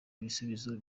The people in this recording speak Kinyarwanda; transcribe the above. ibisubizo